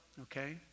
okay